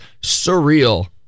surreal